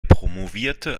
promovierte